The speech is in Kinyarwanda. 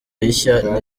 rishya